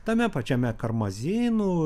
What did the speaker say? tame pačiame karmazinų